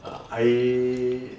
I